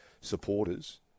supporters